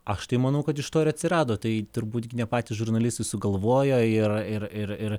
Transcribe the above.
aš tai manau kad iš to ir atsirado tai turbūt gi ne patys žurnalistai sugalvojo yra ir ir ir